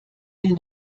will